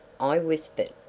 i whispered,